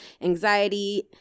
anxiety